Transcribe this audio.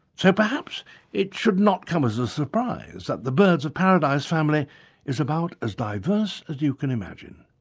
so perhaps it should not come as a surprise that the birds of paradise family is about as diverse as you can imagine.